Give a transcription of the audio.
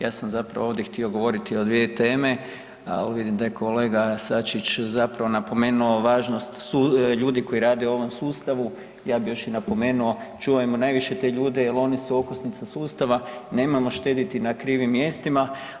Ja sam zapravo ovdje htio govoriti o dvije teme, ali vidim da je kolega Sačić napomenuo važnost ljudi koji rade u ovom sustavu i ja bih još napomenuo, čuvajmo najviše te ljude jel oni su okosnica sustava, nemojmo štediti na krivim mjestima.